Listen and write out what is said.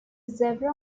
zebra